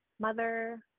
mother